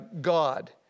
God